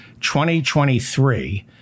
2023